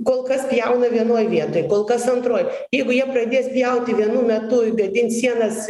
kol kas pjauna vienoj vietoj kol kas antroj jeigu jie pradės pjauti vienu metu gadint sienas